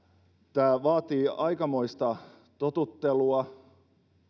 tämä vaatii aikamoista totuttelua